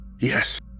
Yes